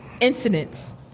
Incidents